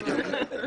בדיוק,